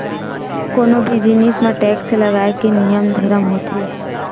कोनो भी जिनिस म टेक्स लगाए के नियम धरम होथे